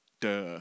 Duh